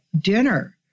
dinner